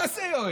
מה זה יועץ?